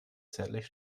zärtlich